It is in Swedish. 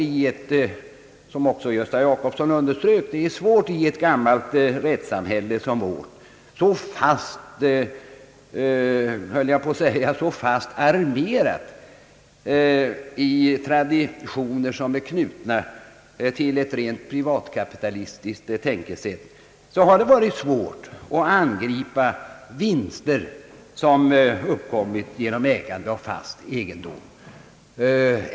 I ett gammalt rättssamhälle som vårt, så fast förankrat i traditioner knutna till ett rent privatkapitalistiskt tänkesätt, är det, som också herr Gösta Jacobsson underströk, fortfarande svårt att angripa vinster som uppkommit genom ägande av fast egendom.